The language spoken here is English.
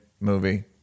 movie